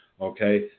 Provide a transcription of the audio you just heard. okay